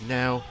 now